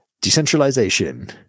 Decentralization